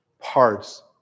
parts